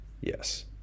yes